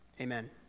amen